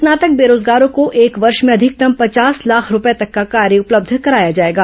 स्नातक बेरोजगारों को एक वर्ष में अधिकतम पचास लाख रूपये तक का कार्य उपलब्ध कराया जाएगा